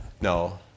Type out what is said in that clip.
no